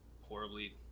horribly